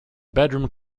bedroom